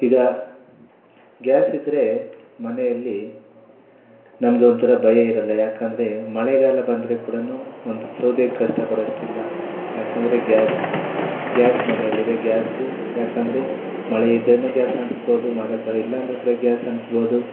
ಈಗ ಗ್ಯಾಸಿದ್ರೆ ಮನೆಯಲ್ಲಿ ನಮಗೆ ಒಂಥರ ಭಯ ಇರಲ್ಲ ಯಾಕಂದರೆ ಮಳೆಗಾಲ ಬಂದರೆ ಕೂಡಾ ಒಂದು ಸೌದೆಗೆ ಕಷ್ಟ ಪಡೋವಷ್ಟಿಲ್ಲ ಯಾಕಂದರೆ ಗ್ಯಾಸ್ ಗ್ಯಾಸ್ ಮನೇಲಿದೆ ಗ್ಯಾಸು ಯಾಕಂದರೆ ಮಳೆ ಇದ್ರು ಗ್ಯಾಸ್ ಅಂಟಿಸ್ಬೋದು ಮಳೆಕಾಲ ಇಲ್ಲಾಂದರು ಕೂಡ ಗ್ಯಾಸ್ ಅಂಟಿಸ್ಬೋದು